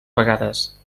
vegades